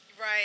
Right